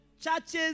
churches